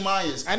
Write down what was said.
Myers